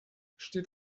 steht